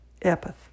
epith